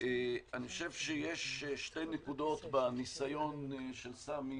יש שתי נקודות בניסיון של סמי